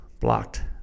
blocked